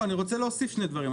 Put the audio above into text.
אני רוצה להוסיף שני דברים.